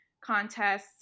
contests